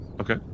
Okay